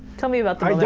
tell me about the yeah